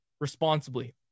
responsibly